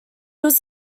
was